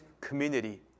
community